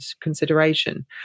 consideration